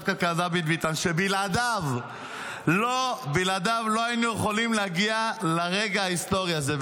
שבלעדיו לא היינו יכולים להגיע לרגע ההיסטורי הזה.